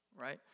Right